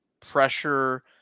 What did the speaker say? pressure